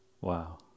Wow